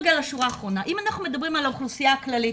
האוכלוסייה הכללית,